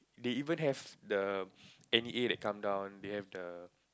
they even have the n_e_a that come down they have the